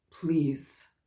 Please